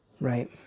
Right